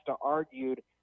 argued